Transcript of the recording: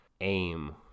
aim